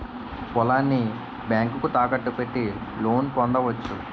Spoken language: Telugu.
పొలాన్ని బ్యాంకుకు తాకట్టు పెట్టి లోను పొందవచ్చు